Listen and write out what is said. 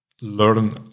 learn